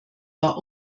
war